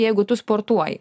jeigu tu sportuoji